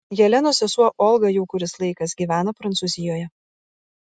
jelenos sesuo olga jau kuris laikas gyvena prancūzijoje